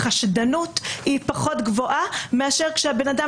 החשדנות היא פחות גבוהה מאשר כשהבן אדם